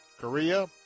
Korea